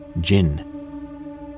Jinn